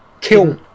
kill